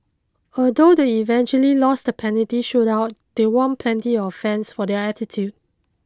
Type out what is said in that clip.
although they eventually lost the penalty shoot out they won plenty of fans for their attitude